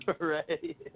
right